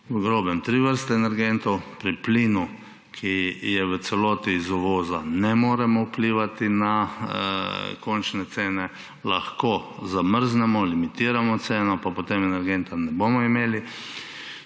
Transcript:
v grobem tri vrste energentov. Pri plinu, ki je v celoti iz uvoza, ne moremo vplivati na končne cene. Lahko zamrznemo, limitiramo ceno pa potem energenta ne bomo imeli.